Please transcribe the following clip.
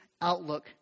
outlook